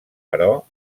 però